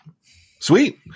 Sweet